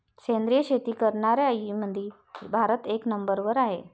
सेंद्रिय शेती करनाऱ्याईमंधी भारत एक नंबरवर हाय